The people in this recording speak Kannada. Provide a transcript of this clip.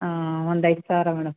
ಹಾಂ ಒಂದು ಐದು ಸಾವಿರ ಮೇಡಮ್